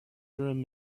and